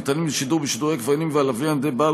ניתנים לשידור בשידורי הכבלים והלוויין או לבעל